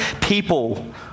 people